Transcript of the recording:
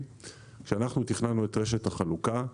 כשאנחנו תכננו את רשת החלוקה,